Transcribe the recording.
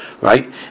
right